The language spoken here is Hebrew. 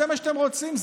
זה מה שאתם רוצים?